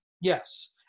Yes